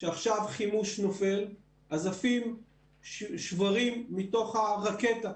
כשחימוש נופל אז עפים שברים מתוך הרקטה,